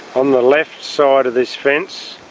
on the left side of this fence